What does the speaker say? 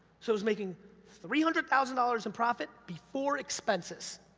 so it was making three hundred thousand dollars in profit before expenses.